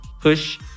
push